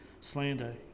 slander